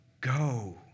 go